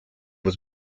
was